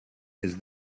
his